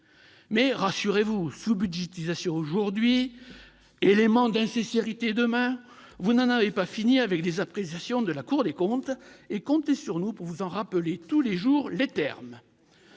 Mais rassurez-vous : sous-budgétisation aujourd'hui, éléments d'insincérité demain ... Vous n'en avez pas fini avec les appréciations de la Cour des comptes ; comptez sur nous pour vous en rappeler régulièrement les termes